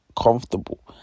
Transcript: comfortable